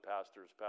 pastors